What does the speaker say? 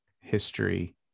history